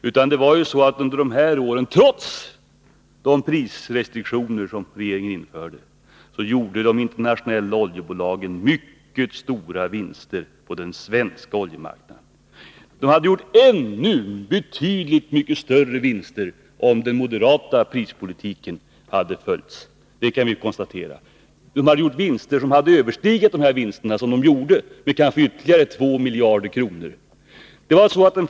Under dessa år gjorde de internationella oljebolagen, trots de prisrestriktioner som regeringen införde, mycket stora vinster på den svenska oljemarknaden. De hade gjort ännu större vinster om den moderata prispolitiken hade genomförts — det kan vi konstatera. De hade då gjort vinster som med kanske ytterligare 2 miljarder kronor överstigit de vinster de gjorde.